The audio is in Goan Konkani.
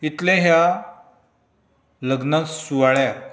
इतलें ह्या लग्न सुवाळ्याक